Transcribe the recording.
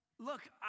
Look